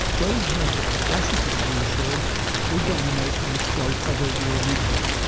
those who have the capacity to do so will dominate and exploit others who are weaker,